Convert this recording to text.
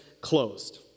closed